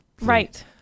Right